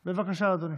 בבקשה, אדוני,